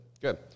Good